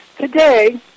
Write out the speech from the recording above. Today